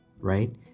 right